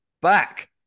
Back